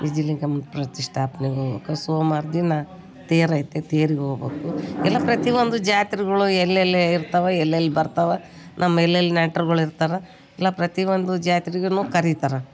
ನಿಜಲಿಂಗಮ್ಮನ ಪ್ರತಿಷ್ಠಾಪನೇಗ್ ಹೋಗ್ಬೇಕು ಸೋಮವಾರ್ ದಿನ ತೇರು ಐತೆ ತೇರಿಗೆ ಹೋಗ್ಬೇಕು ಎಲ್ಲ ಪ್ರತಿವೊಂದು ಜಾತ್ರೆಗಳು ಎಲ್ಲೆಲ್ಲಿ ಇರ್ತಾವೆ ಎಲ್ಲೆಲ್ಲಿ ಬರ್ತಾವೆ ನಮ್ಮ ಎಲ್ಲೆಲ್ಲಿ ನೆಂಟ್ರುಗಳ್ ಇರ್ತಾರೆ ಇಲ್ಲ ಪ್ರತಿವೊಂದು ಜಾತ್ರೆಗೂ ಕರೀತಾರೆ